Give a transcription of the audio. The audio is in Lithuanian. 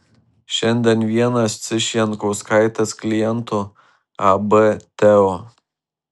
šiandien vienas iš jankauskaitės klientų ab teo